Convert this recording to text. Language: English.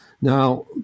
Now